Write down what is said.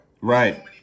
Right